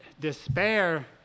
despair